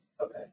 Okay